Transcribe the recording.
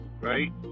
Right